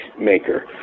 maker